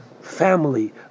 family